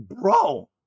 bro